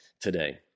today